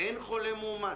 אין חולה מאומת.